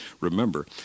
remember